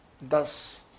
thus